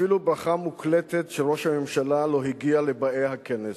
אפילו ברכה מוקלטת של ראש הממשלה לא הגיעה לבאי הכנס.